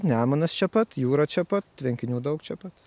nemunas čia pat jūra čia pat tvenkinių daug čia pat